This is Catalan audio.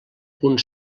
punt